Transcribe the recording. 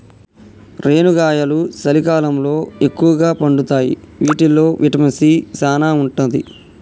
రేనుగాయలు సలికాలంలో ఎక్కుగా పండుతాయి వీటిల్లో విటమిన్ సీ సానా ఉంటది